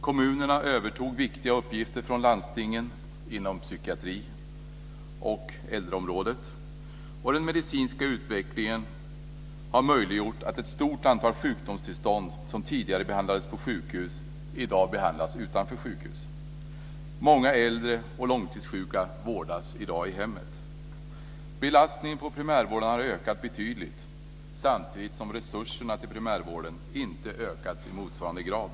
Kommunerna övertog viktiga uppgifter från landstingen inom psykiatrin och äldreområdet. Den medicinska utvecklingen har möjliggjort att ett stort antal sjukdomstillstånd som tidigare behandlades på sjukhus i dag behandlas utanför sjukhusen. Många äldre och långtidssjuka vårdas i dag i hemmet. Belastningen på primärvården har ökat betydligt, samtidigt som resurserna till primärvården inte har ökat i motsvarande grad.